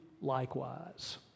likewise